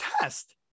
test